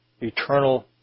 eternal